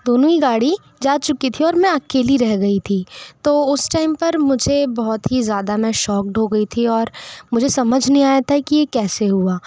दोनों ही गाड़ी जा चुकी थी और मैं अकेली रह गई थी तो उस टाइम पर मुझे बहुत ही ज़्यादा मैं शौक्ड हो गई थी और मुझे समझ नहीं आया था कि यह कैसे हुआ